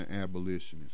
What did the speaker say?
abolitionists